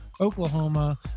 Oklahoma